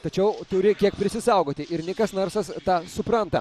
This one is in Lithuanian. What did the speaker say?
tačiau turi kiek prisisaugoti ir nikas narsas tą supranta